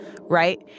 right